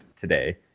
today